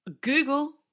Google